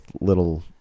little